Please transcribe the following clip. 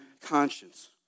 conscience